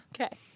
Okay